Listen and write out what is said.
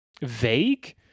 vague